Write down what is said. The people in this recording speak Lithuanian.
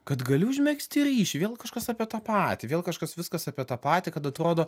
kad gali užmegzti ryšį vėl kažkas apie tą patį vėl kažkas viskas apie tą patį kad atrodo